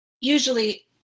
usually